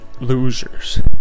losers